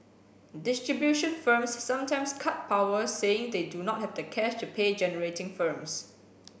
distribution firms sometimes cut power saying they do not have the cash to pay generating firms